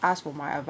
ask for my advice